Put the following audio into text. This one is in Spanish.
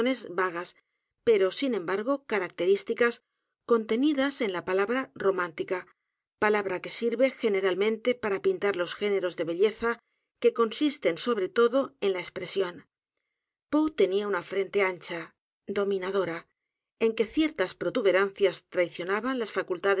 vagas pero sin embargo características contenidas en la palabra romántica palabra que sirve generalmente p a r a pintar los géneros de belleza que consisten sobre todo en la expresión poe tenía una frente ancha dominadora en que ciertas protuberancias traicionaban las facultades